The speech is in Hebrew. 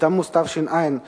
בתמוז התש"ע,